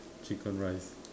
chicken rice